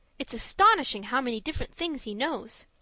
it's astonishing how many different things he knows.